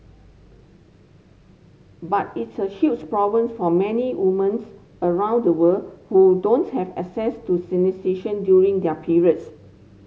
but it's a huge problems for many women around the world who don't have access to sanitation during their periods